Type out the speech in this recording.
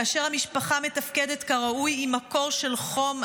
כאשר המשפחה מתפקדת כראוי היא מקור של חום,